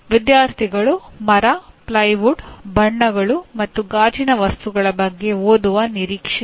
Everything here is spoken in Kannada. ವಿದ್ಯಾರ್ಥಿಗಳು ಮರ ಪ್ಲೈವುಡ್ ಬಣ್ಣಗಳು ಮತ್ತು ಗಾಜಿನ ವಸ್ತುಗಳ ಬಗ್ಗೆ ಓದುವ ನಿರೀಕ್ಷೆಯಿದೆ